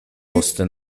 poste